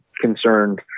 concerned